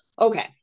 okay